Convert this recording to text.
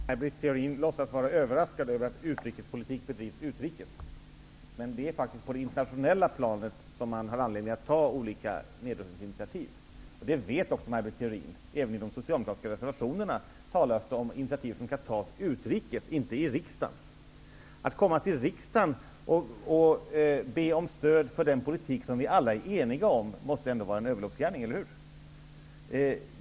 Herr talman! Maj Britt Theorin låtsas vara överraskad över att utrikespolitik bedrivs utrikes. Men det är faktiskt på det internationella planet som man har anledning att ta olika nedrustningsinitiativ. Det vet också Maj Britt Theorin. Även i de socialdemokratiska reservationerna talas det om initiativ som skall tas utrikes, inte i riksdagen. Att komma till riksdagen och be om stöd för den politik som vi alla är eniga om, måste ändå vara en överloppsgärning, eller hur?